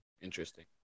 interesting